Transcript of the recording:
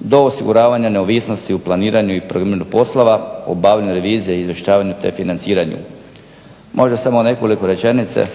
do osiguravanju neovisnosti u planiranju i provedbi poslova, obavljanju revizije izvještavanju te financiranju. Možda samo nekoliko rečenica